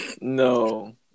No